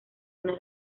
una